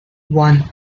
one